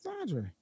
Andre